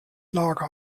lager